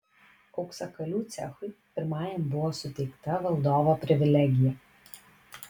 auksakalių cechui pirmajam buvo suteikta valdovo privilegija